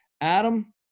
Adam